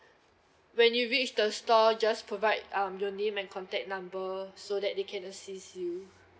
when you reach the store just provide um your name and contact number so that they can assist you